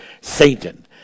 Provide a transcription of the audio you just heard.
satan